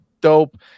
dope